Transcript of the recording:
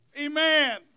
Amen